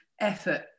Effort